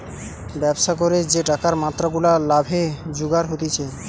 ব্যবসা করে যে টাকার মাত্রা গুলা লাভে জুগার হতিছে